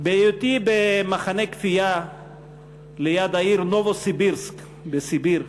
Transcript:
בהיותי במחנה כפייה ליד העיר נובוסיבירסק בסיביר,